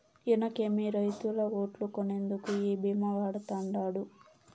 ఇనకేమి, రైతుల ఓట్లు కొనేందుకు ఈ భీమా వాడతండాడు